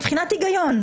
מבחינת הגיון,